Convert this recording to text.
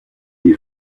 des